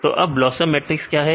तो अब BLOSUM matrix क्या है